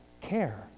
care